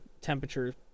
temperature